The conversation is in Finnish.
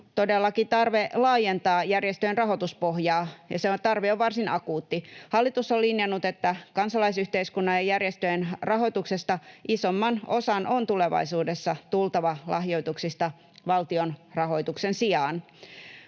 todellakin tarve laajentaa järjestöjen rahoituspohjaa, ja se tarve on varsin akuutti. Hallitus on linjannut, että kansalaisyhteiskunnan ja järjestöjen rahoituksesta isomman osan on tulevaisuudessa tultava lahjoituksista valtion rahoituksen sijaan.